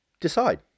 Decide